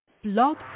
Blog